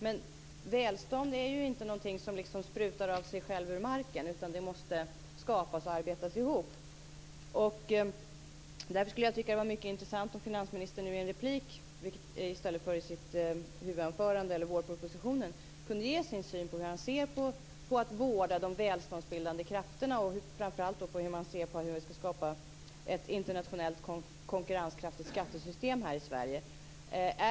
Men välstånd är inte någonting som sprutar av sig själv ur marken. Det måste skapas och arbetas ihop. Därför skulle jag tycka det var mycket intressant om finansministern nu i en replik, i stället för i sitt huvudanförande eller i vårpropositionen, kunde ge sin syn på hur man ska vårda de välståndsbildande krafterna och framför allt hur vi ska skapa ett internationellt konkurrenskraftigt skattesystem i Sverige.